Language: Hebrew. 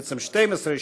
בעצם 12 שנה,